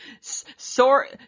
Sorry